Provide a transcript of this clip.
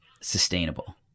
sustainable